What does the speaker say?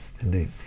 indeed